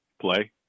play